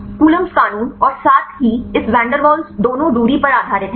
Coulombs कानून और साथ ही इस वैन डेर वाल्स दोनों दूरी पर आधारित हैं